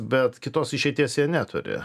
bet kitos išeities jie neturi